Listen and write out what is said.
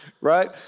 right